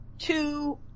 Two